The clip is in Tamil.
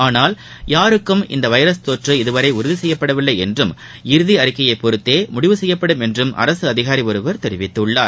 ஆனால் யாருக்கும் இந்த வைரஸ் தொற்று இதுவரை உறுதி செய்யப்படவில்லை என்றும் இறுதி அறிக்கையை பொறுத்தே முடிவு செய்யப்படும் என்றும் அரசு அதிகாரி ஒருவர் தெரிவித்துள்ளார்